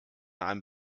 einem